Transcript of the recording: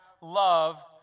love